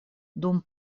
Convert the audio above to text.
dum